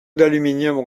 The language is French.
d’aluminium